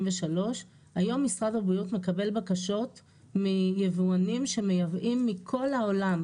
היום משרד הבריאות מקבל בקשות מיבואנים שמייבאים מכל העולם,